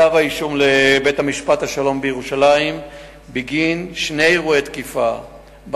כתב אישום לבית-המשפט השלום בירושלים בגין שני אירועי תקיפה,